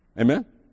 Amen